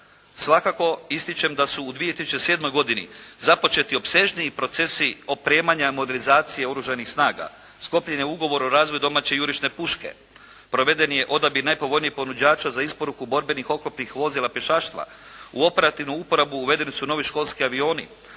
Svako ističem da su u 2007. godini započeti opsežniji procesi opremanja, modernizacije oružanih snaga. Sklopljen je ugovor o razvoju domaće jurišne puške. Proveden je odabir najpovoljnijih ponuđača za isporuku borbenih oklopnih vozila pješaštva. U operativnu uporabu uvedeni su novi školski avioni.